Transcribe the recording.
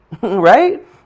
right